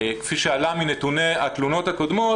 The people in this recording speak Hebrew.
כפי שעלה מנתוני התלונות הקודמות,